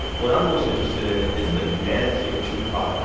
what i'm most interested in is the humanity of tupac,